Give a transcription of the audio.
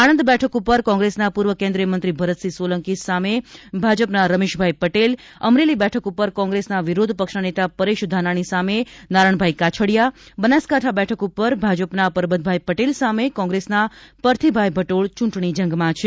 આણંદ બેઠક ઉપર કોંગ્રેસના પૂર્વ કેન્દ્રિયમંત્રી ભરત સોલંકી સામે ભાજપના રમેશભાઇ પટેલ અમરેલી બેઠક પર કોંગ્રેસના વિરોધપક્ષના નેતા પરેશ ધાનાણી સામે નારણભાઇ કાછડીયા બનાસકાંઠા બેઠક ઉપર ભાજપના પરબતભાઇ પટેલ સામે કોંગ્રેસના પરથીભાઇ ભટોલ ચૂંટણી જંગમાં છે